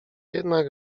jednak